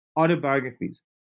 autobiographies